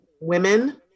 women